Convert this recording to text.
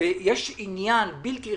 יש עניין בלתי רגיל.